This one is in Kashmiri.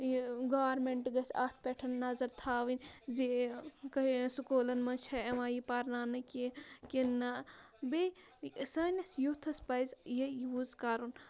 یہِ گورمنٹ گَژھِ اَتھ پٮ۪ٹھ نظر تھاوٕنۍ زِ سکوٗلَن منٛز چھے یِوان یہِ پَرناونہٕ کینٛہہ کِنہٕ نہ بیٚیہِ سٲنِس یوٗتھَس پَزِ یہِ یوٗز کَرُن